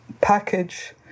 package